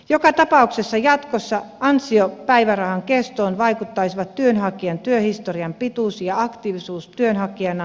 joka tapauksessa jatkossa ansiopäivärahan kestoon vaikuttaisivat työnhakijan työhistorian pituus ja aktiivisuus työnhakijana